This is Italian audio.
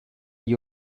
gli